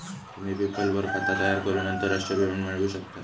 तुम्ही पेपल वर खाता तयार करून आंतरराष्ट्रीय पेमेंट मिळवू शकतास